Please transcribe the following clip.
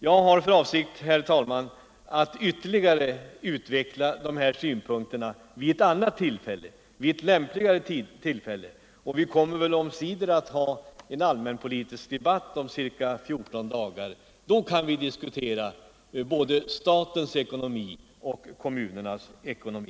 Jag har för avsikt, herr talman, att ytterligare utveckla de här synpunkterna vid ett annat och lämpligare tillfälle. Vi kommer ju att ha en allmänpolitisk debatt om ca 14 dagar. Då kan vi diskutera både statens och kommunernas ekonomi.